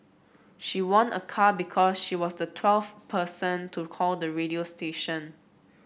she won a car because she was the twelfth person to call the radio station